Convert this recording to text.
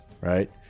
right